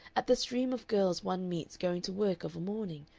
at the stream of girls one meets going to work of a morning,